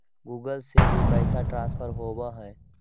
Google से भी पैसा ट्रांसफर होवहै?